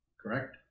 Correct